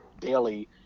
daily